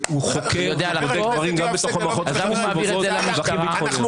הוא חוקר ובודק דברים גם בתוך המערכות הכי מסווגות והכי ביטחוניות.